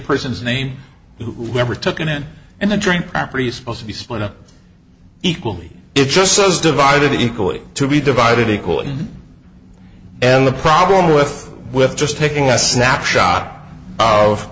person's name who never took it in and the dream property is supposed to be split up equally it just says divided equally to be divided equally and the problem with with just taking a snapshot of